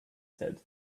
said